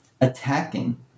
attacking